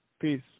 Peace